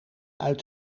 uit